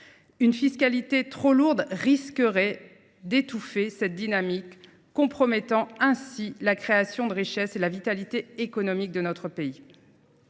Une fiscalité trop lourde risquerait d’étouffer cette dynamique, compromettant ainsi la création de richesse et la vitalité économique de notre pays.